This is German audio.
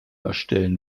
erstellen